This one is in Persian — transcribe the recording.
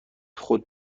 خود